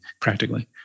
practically